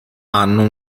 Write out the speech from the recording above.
hanno